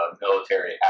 military